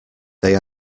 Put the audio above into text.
they